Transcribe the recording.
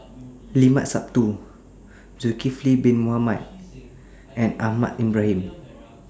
Limat Sabtu Zulkifli Bin Mohamed and Ahmad Ibrahim